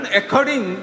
according